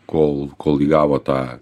kol kol įgavo tą